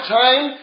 time